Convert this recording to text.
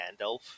Gandalf